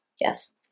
Yes